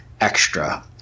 extra